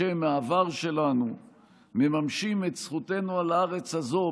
בשם העבר שלנו הם מממשים את זכותנו על הארץ הזו,